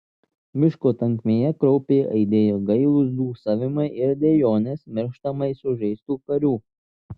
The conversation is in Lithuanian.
miško tankmėje kraupiai aidėjo gailūs dūsavimai ir dejonės mirštamai sužeistų karių